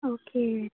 okay